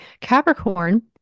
Capricorn